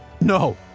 No